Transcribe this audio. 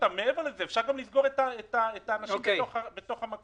מעבר לזה, אפשר גם לסגור את האנשים בתוך המקום.